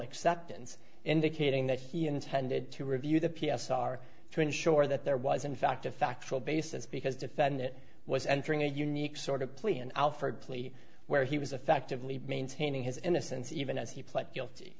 acceptance indicating that he intended to review the p s r to ensure that there was in fact a factual basis because defend it was entering a unique sort of plea and alford plea where he was effectively maintaining his innocence even as he pled guilty